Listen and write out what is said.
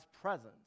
presence